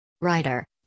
Writer